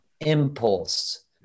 impulse